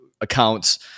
accounts